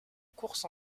course